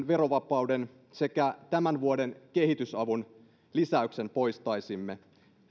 verovapauden sekä poistaisimme tämän vuoden kehitysavun lisäyksen